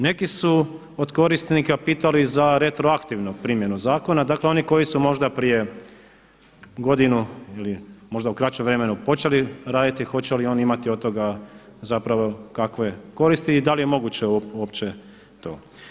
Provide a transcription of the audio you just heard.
Neki su od korisnika pitali za retroaktivnu primjenu zakona, dakle oni koji su možda prije godinu ili možda u kraćem vremenu počeli raditi, hoće li oni imati od toga kakve koristi i da li je moguće uopće to.